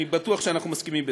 אני בטוח שאנחנו מסכימים בזה.